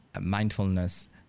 mindfulness